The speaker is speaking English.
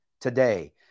today